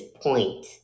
point